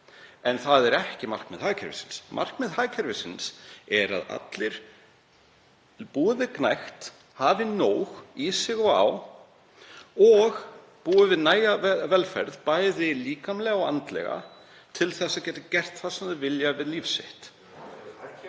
en það er ekki markmið hagkerfisins. Markmið hagkerfisins er að allir búi við gnægt, hafi nóg í sig og á, og búi við næga velferð, bæði líkamlega og andlega, til að geta gert það sem þeir vilja við líf sitt.